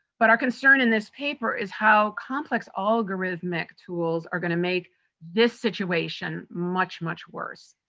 but our concern in this paper is how complex algorithmic tools are gonna make this situation much, much worse.